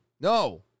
No